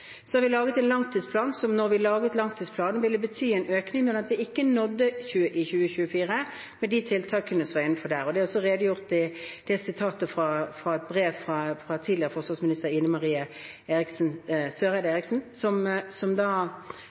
Så har vi laget en langtidsplan som, da vi laget langtidsplanen, ville bety en økning, men at vi ikke nådde det i 2024 med de tiltakene som var innenfor der. Det er også redegjort for i sitatet fra brevet fra tidligere forsvarsminister Ine M. Eriksen Søreide, som da